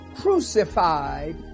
crucified